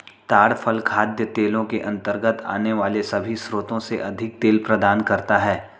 ताड़ फल खाद्य तेलों के अंतर्गत आने वाले सभी स्रोतों से अधिक तेल प्रदान करता है